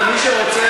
מי שרוצה,